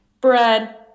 Bread